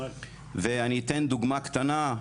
ואני אתן דוגמה קטנה,